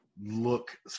look